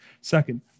Second